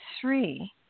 three